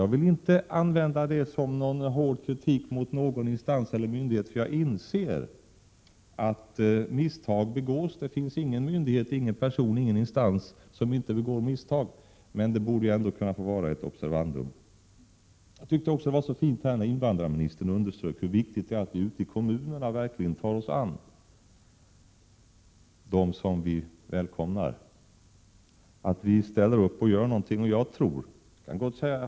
Jag vill inte av denna anledning rikta hård kritik mot någon instans eller myndighet, för jag inser att misstag begås. Det finns ingen myndighet, ingen person, ingen instans som inte begår misstag, men hans exempel borde vara ett observandum. Invandrarministern underströk på ett mycket fint sätt hur viktigt det är att vi ute i kommunerna verkligen tar oss an dem som vi välkomnar, att vi ställer upp och gör någonting.